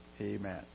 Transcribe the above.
Amen